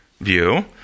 view